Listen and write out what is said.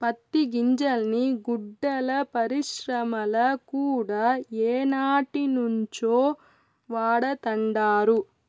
పత్తి గింజల్ని గుడ్డల పరిశ్రమల కూడా ఏనాటినుంచో వాడతండారు